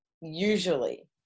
Usually